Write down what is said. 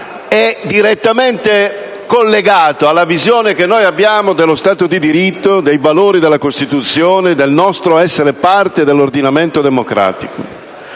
è direttamente collegata alla visione che abbiamo dello Stato di diritto, dei valori della Costituzione, del nostro essere parte dell'ordinamento democratico.